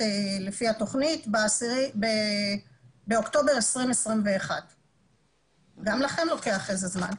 לפי התוכנית באוקטובר 2021. גם לכם לוקח זמן מסוים.